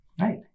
right